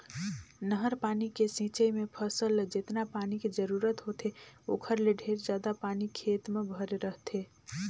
नहर पानी के सिंचई मे फसल ल जेतना पानी के जरूरत होथे ओखर ले ढेरे जादा पानी खेत म भरे रहथे